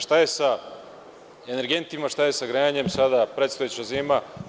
Šta je sa energentima, šta je sa grejanjem za predstojeću zimu?